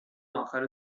اخر